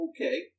okay